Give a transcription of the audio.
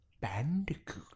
Bandicoot